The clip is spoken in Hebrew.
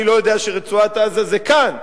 אני לא יודע שרצועת-עזה זה כאן.